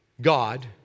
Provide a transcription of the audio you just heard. God